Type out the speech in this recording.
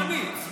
השרה הזמנית.